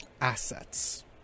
assets